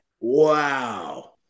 Wow